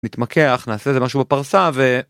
מתמקח נעשה איזה משהו בפרסה.